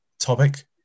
topic